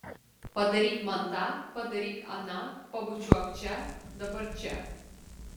padaryk man tą padaryk aną pabučiuok čia dabar čia